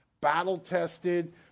battle-tested